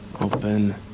Open